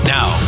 Now